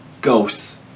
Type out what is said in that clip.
ghosts